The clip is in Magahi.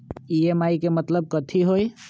ई.एम.आई के मतलब कथी होई?